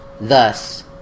Thus